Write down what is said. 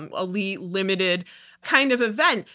um elite, limited kind of event?